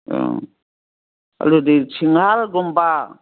ꯑꯥ ꯑꯗꯨꯗꯤ ꯁꯤꯡꯍꯥꯔꯥꯒꯨꯝꯕ